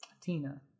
Tina